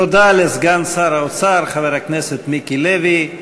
תודה לסגן שר האוצר חבר הכנסת מיקי לוי.